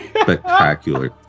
Spectacular